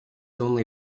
only